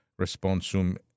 responsum